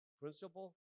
principle